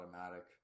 automatic